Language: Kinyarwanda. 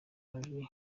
majwi